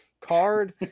card